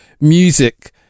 music